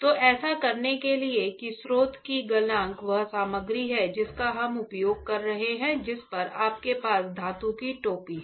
तो ऐसा करने के लिए कि स्रोत का गलनांक वह सामग्री है जिसका हम उपयोग कर रहे हैं जिस पर आपके पास धातु की टोपी है